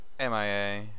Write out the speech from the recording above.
MIA